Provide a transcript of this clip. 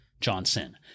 Johnson